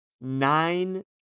nine